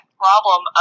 problem